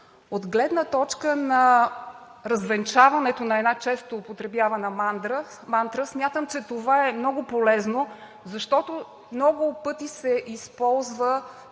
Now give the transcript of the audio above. От гледна точка на развенчаването на една често употребявана мантра смятам, че това е много полезно, защото много пъти се използва